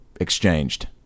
exchanged